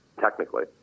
technically